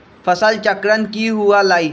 फसल चक्रण की हुआ लाई?